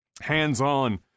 hands-on